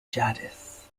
jadis